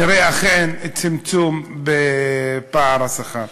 נראה אכן צמצום בפערי השכר.